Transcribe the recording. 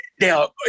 now